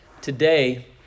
Today